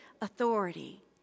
authority